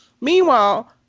Meanwhile